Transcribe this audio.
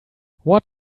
what